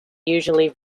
usually